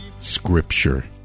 scripture